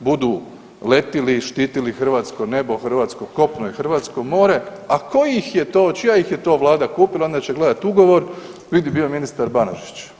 budu letili, štitili hrvatsko nebo, hrvatsko kopno i hrvatsko more, a tko ih je to, čija ih je to vlada kupila, onda će gledati ugovor, vidi, bio je ministar Banožić.